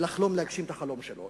ולחלום להגשים את החלום שלו.